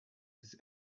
this